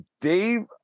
Dave